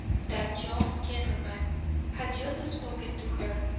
that young gentleman had just spoken to her,